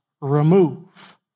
remove